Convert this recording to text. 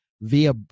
via